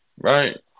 right